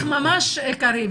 צורך ממש עיקרי.